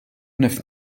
neuf